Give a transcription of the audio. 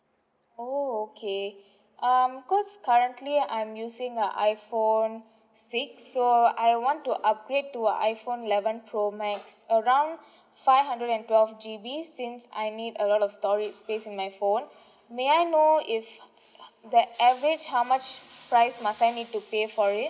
orh okay um cause currently I'm using a iphone six so I want to upgrade to iphone eleven pro max around five hundred and twelve G_B since I need a lot of storage space in my phone may I know if that average how much price must I need to pay for it